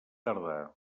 tardà